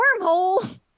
wormhole